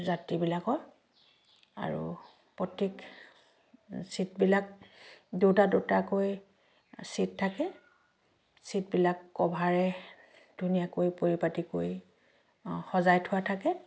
যাত্ৰীবিলাকৰ আৰু প্ৰত্যেক চিটবিলাক দুটা দুটাকৈ চিট থাকে চিটবিলাক ক'ভাৰে ধুনীয়াকৈ পৰিপাটিকৈ অঁ সজাই থোৱা থাকে